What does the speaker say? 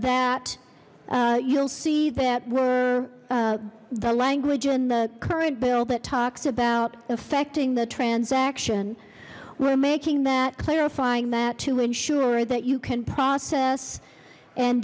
that you'll see that were the language and the current bill that talks about affecting the transaction we're making that clarifying that to ensure that you can process and